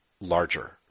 Larger